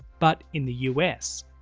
but, in the us,